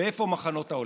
ואיפה המחנות העולים?